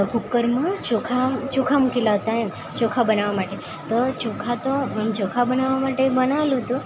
કૂકરમાં ચોખા ચોખા મૂકેલાં હતાં એમ ચોખા બનાવવા માટે તો ચોખા તો ચોખા બનાવવા માટે બનાવેલું હતું